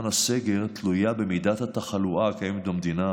הסגר תלויה במידת התחלואה הקיימת במדינה,